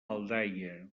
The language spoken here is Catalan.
aldaia